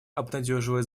обнадеживает